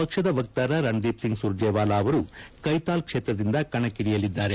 ಪಕ್ಷದ ವಕ್ತಾರ ರಣದೀಪ್ ಸಿಂಗ್ ಸುರ್ಜೆವಾಲಾ ಅವರು ಕೈತಾಲ್ ಕ್ಷೇತ್ರದಿಂದ ಕಣಕ್ನಿ ಳಿಯಲಿದ್ದಾರೆ